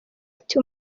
ati